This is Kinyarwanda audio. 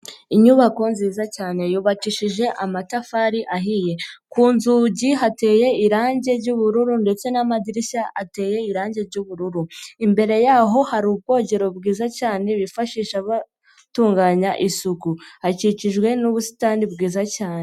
Inyubako nziza cyane yubakishije amatafari ahiye. Ku nzugi hateye irangi ry'ubururu ndetse n'amadirishya ateye irangi ry'ubururu. Imbere yaho hari ubwogero bwiza cyane bifashisha abatunganya isuku. Hakikijwe n'ubusitani bwiza cyane.